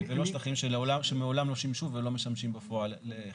ולא שטחים שמעולם לא שימשו ולא משמשים בפועל לחקלאות.